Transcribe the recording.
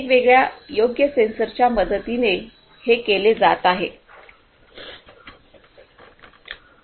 वेगवेगळ्या योग्य सेन्सरच्या मदतीने हे केले जात आहे